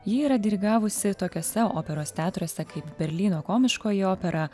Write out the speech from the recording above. ji yra dirigavusi tokiuose operos teatruose kaip berlyno komiškoji opera